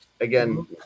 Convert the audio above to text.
again